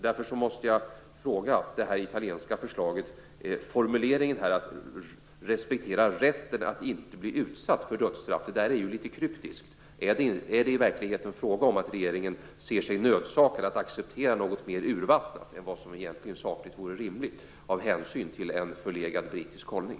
Därför måste jag ställa en fråga om det italienska förslaget. Formuleringen "respektera rätten att inte bli utsatt för dödsstraff" är litet kryptisk. Är det i verkligheten fråga om att regeringen ser sig nödsakad att acceptera något mer urvattnat än vad som egentligen vore rimligt, av hänsyn till en förlegad brittisk hållning?